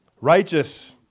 Righteous